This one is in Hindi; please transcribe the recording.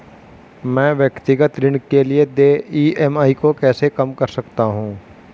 मैं व्यक्तिगत ऋण के लिए देय ई.एम.आई को कैसे कम कर सकता हूँ?